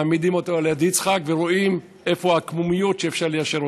מעמידים אותו ליד יצחק ורואים איפה העקמומיות שאפשר ליישר.